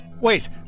wait